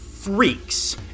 freaks